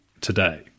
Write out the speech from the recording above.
today